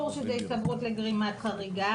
-- לא, לא "שלא הציג".